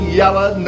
yellow